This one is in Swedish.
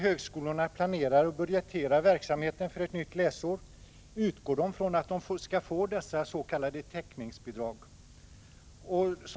Högskolornas planering och budgetering av verksamheten inför ett nytt läsår utgår från att man får dessa s.k. täckningsbidrag.